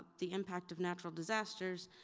the impact of natural disasters,